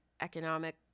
economic